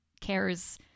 cares